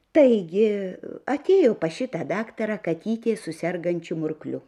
taigi atėjo pas šitą daktarą katytė su sergančiu murkliu